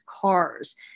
cars